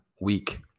Week